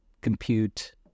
compute